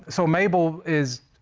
so mabel is.